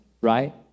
right